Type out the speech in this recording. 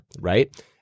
right